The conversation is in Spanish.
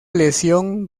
lesión